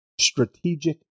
Strategic